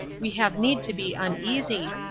we have need to be uneasy,